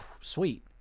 sweet